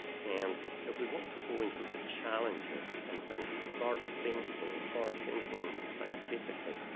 and if we want to go into the challenges and and start thinking start thinking scientifically,